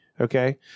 Okay